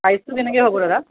প্ৰাইচটো কেনেকৈ হ'ব দাদা